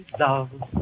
love